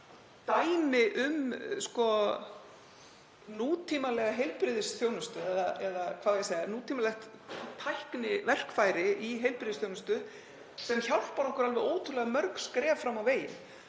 dæmi um nútímalega heilbrigðisþjónustu, eða nútímalegt tækniverkfæri í heilbrigðisþjónustu, sem hjálpar okkur alveg ótrúlega mörg skref fram á veginn.